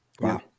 Wow